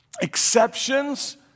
Exceptions